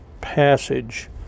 passage